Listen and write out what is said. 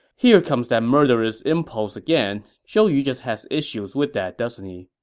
here comes that murderous impulse again. zhou yu just has issues with that, doesn't he?